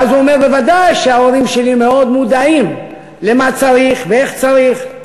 ואז הוא אומר: ודאי שההורים שלי מאוד מודעים למה צריך ואיך צריך.